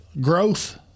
growth